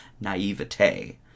naivete